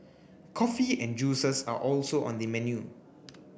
coffee and juices are also on the menu